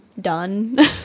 done